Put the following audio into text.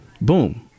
boom